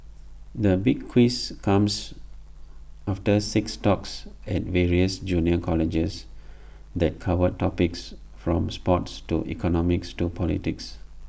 the big quiz comes after six talks at various junior colleges that covered topics from sports to economics to politics